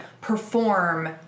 perform